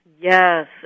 Yes